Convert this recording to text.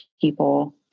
people